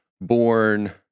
born